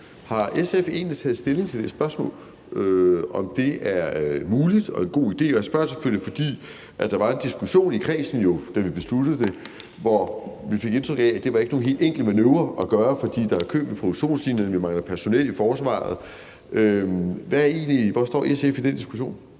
Har SF egentlig taget stilling til det spørgsmål, altså om det er muligt og en god idé? Og jeg spørger selvfølgelig, fordi der jo var en diskussion i kredsen, da vi besluttede det, hvor man fik indtryk af, at det ikke var nogen helt enkel manøvre at gøre, fordi der er kø ved produktionslinjerne og der mangler personel i forsvaret. Hvor står SF i den diskussion?